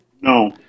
No